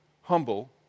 humble